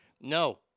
No